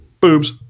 Boobs